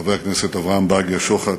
חבר הכנסת לשעבר אברהם בייגה שוחט,